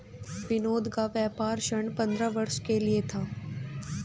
विनोद का व्यापार ऋण पंद्रह वर्ष के लिए था